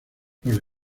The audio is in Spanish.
los